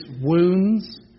wounds